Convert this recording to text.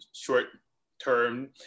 short-term